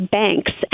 banks